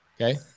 Okay